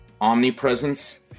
omnipresence